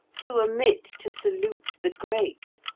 to omit to salute the great,